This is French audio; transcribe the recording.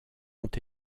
ont